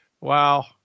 Wow